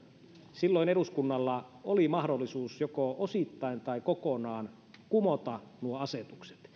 silloin eduskunnalla oli mahdollisuus joko osittain tai kokonaan kumota nuo asetukset